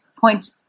point